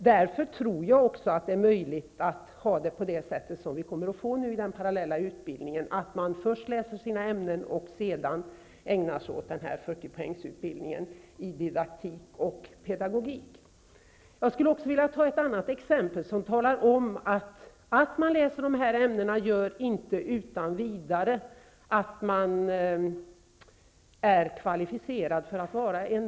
Därför blir det nog också möjligt att ha det så som det kommer att bli i den parallella utbildningen, dvs. att man först läser sina ämnen och sedan ägnar sig åt 40 Jag vill ta upp ett annat exempel, som visar att man inte utan vidare är kvalificerad för att vara en bra lärare bara därför att man läser dessa ämnen.